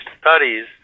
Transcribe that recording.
studies